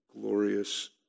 glorious